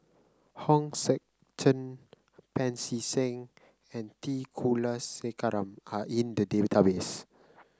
Hong Sek Chern Pancy Seng and T Kulasekaram are in the database